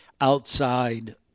outside –